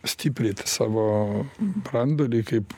stipryti savo branduolį kaip